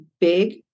big